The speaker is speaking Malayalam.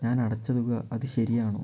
ഞാനടച്ച തുക അത് ശരിയാണോ